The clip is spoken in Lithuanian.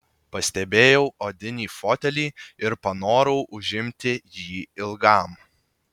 pastebėjau odinį fotelį ir panorau užimti jį ilgam